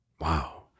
Wow